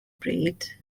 bryd